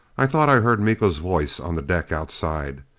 i thought i heard miko's voice on the deck outside.